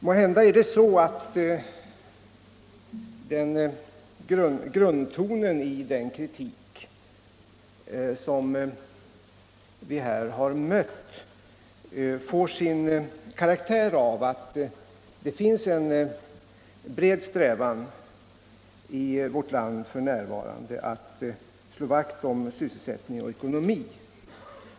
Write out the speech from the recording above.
Måhända är det så att grundtonen i den kritik som vi här har mött får sin karaktär av att det f.n. finns en bred strävan i vårt land att slå vakt om sysselsättning och ekonomi.